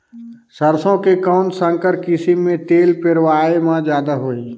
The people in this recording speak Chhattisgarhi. सरसो के कौन संकर किसम मे तेल पेरावाय म जादा होही?